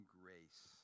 grace